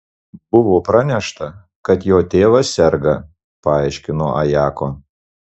buvo pranešta kad jo tėvas serga paaiškino ajako